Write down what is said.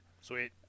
Sweet